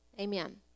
Amen